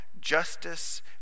justice